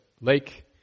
lake